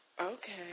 Okay